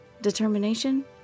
Determination